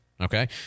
Okay